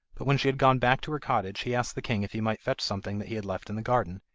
but when she had gone back to her cottage, he asked the king if he might fetch something that he had left in the garden,